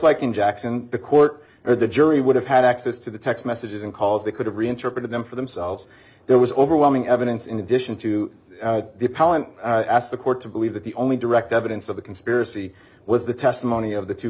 like in jackson the court or the jury would have had access to the text messages and calls they could have reinterpreted them for themselves there was overwhelming evidence in addition to ask the court to believe that the only direct evidence of the conspiracy was the testimony of the two